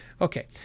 okay